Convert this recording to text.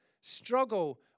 struggle